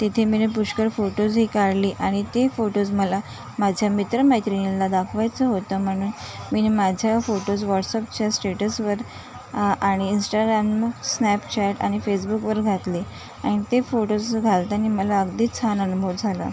तेथे मिनी पुष्कळ फोटोजही काढले आणि ते फोटोज मला माझ्या मित्रमैत्रिणींला दाखवायचं होता म्हणून मिनी माझ्या फोटोज व्हॉटस्अपच्या स्टेटसवर आणि इंस्टाग्राम स्नॅपचॅट आणि फेसबुकवर घातले अन् ते फोटोज घालताना मला अगदीच छान अनुभव झाला